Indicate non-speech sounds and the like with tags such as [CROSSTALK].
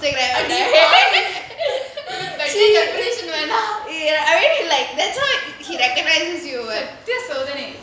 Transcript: Instagram right [LAUGHS] she [LAUGHS] I really like that's why he recognises you [what]